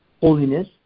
holiness